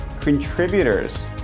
contributors